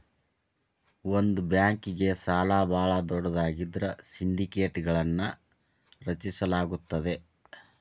ಒಂದ ಬ್ಯಾಂಕ್ಗೆ ಸಾಲ ಭಾಳ ದೊಡ್ಡದಾಗಿದ್ರ ಸಿಂಡಿಕೇಟ್ಗಳನ್ನು ರಚಿಸಲಾಗುತ್ತದೆ